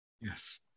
Yes